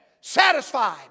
satisfied